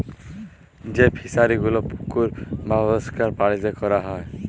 যেই ফিশারি গুলো পুকুর বাপরিষ্কার পালিতে ক্যরা হ্যয়